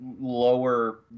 lower